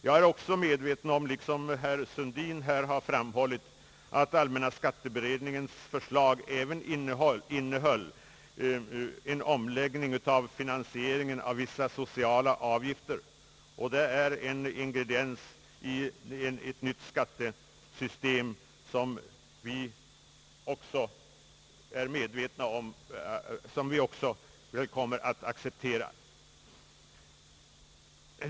Jag är också medveten om, såsom herr Sundin här har framhållit, att allmänna skatteberedningens förslag även innehöll en omläggning av finansieringen av vissa sociala avgifter, och denna ingrediens i ett nytt skattesystem anser vi bör vidare bearbetas.